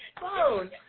phone